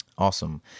Awesome